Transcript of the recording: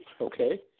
Okay